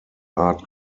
art